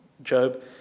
Job